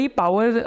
power